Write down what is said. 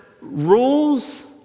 rules